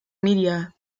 media